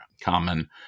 common